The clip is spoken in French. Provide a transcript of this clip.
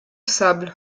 sable